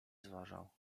zważał